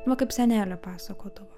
va kaip senelė pasakodavo